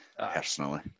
Personally